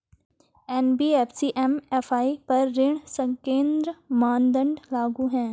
क्या NBFC MFI पर ऋण संकेन्द्रण मानदंड लागू हैं?